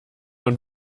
und